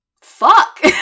fuck